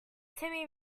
timmy